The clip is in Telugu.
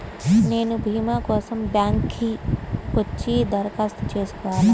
నేను భీమా కోసం బ్యాంక్కి వచ్చి దరఖాస్తు చేసుకోవాలా?